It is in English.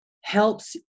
helps